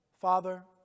Father